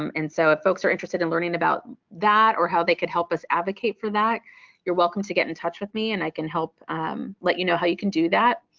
um and so if folks are interested in learning about that or how they could help us advocate for that you're welcome to get in touch with me and i can help let you know how you can do that.